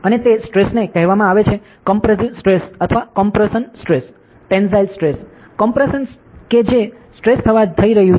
અને તે સ્ટ્રેસને કહેવામાં આવે છે કોમ્પ્રેસીવ સ્ટ્રેસ અથવા compression stress tensile stress compression કે જે સ્ટ્રેસ થવા જઈ રહ્યું છે